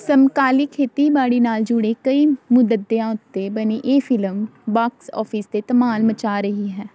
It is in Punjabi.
ਸਮਕਾਲੀ ਖੇਤੀਬਾੜੀ ਨਾਲ ਜੁੜੇ ਕਈ ਮੁੱਦਿਆਂ ਉੱਤੇ ਬਣੀ ਇਹ ਫਿਲਮ ਬਾਕਸ ਆਫਿਸ 'ਤੇ ਧਮਾਲ ਮਚਾ ਰਹੀ ਹੈ